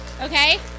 okay